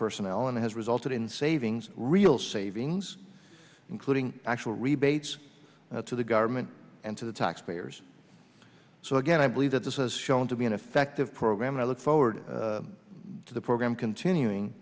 personnel and has resulted in savings real savings including actual rebates to the government and to the taxpayers so again i believe that this is shown to be an effective program i look forward to the program continuing